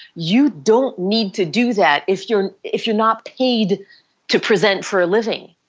you don't need to do that if you're if you're not paid to present for a living